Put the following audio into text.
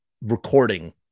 recording